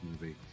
movie